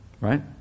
Right